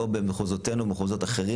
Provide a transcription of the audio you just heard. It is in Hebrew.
לא במחוזותינו ולא במחוזות אחרים.